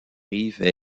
rives